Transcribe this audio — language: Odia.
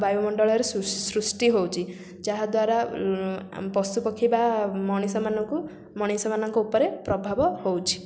ବାୟୁମଣ୍ଡଳରେ ସୃଷ୍ଟି ହେଉଛି ଯାହାଦ୍ୱାରା ପଶୁ ପକ୍ଷୀ ବା ମଣିଷମାନଙ୍କୁ ମଣିଷ ମାନଙ୍କ ଉପରେ ପ୍ରଭାବ ହେଉଛି